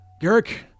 Garrick